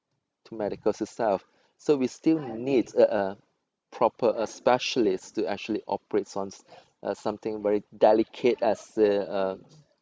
to medical itself so we still need a a proper a specialist to actually operate on something very delicate as a